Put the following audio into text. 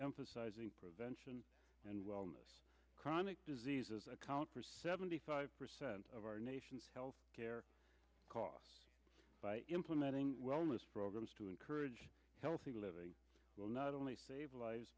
emphasizing prevention and wellness chronic diseases account for seventy five percent of our nation's health care costs by implementing wellness programs to encourage healthy living will not only